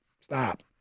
stop